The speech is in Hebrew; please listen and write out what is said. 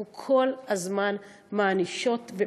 אנחנו כל הזמן מענישות,